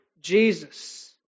Jesus